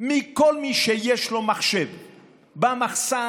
מכל מי שיש לו מחשב במחסן,